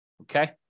Okay